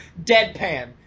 deadpan